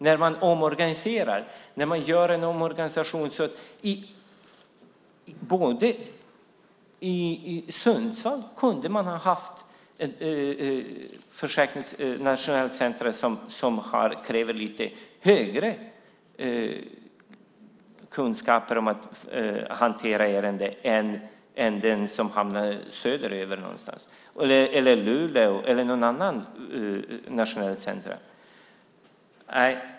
När man gör en omorganisation kunde man ha haft ett nationellt centrum för Försäkringskassan i Sundsvall där det krävs lite större kunskaper i att hantera ärenden än för den som hamnar någonstans söderöver eller i Luleå eller något annat nationellt centrum.